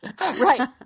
Right